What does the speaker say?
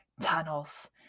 tunnels